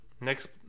Next